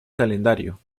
calendario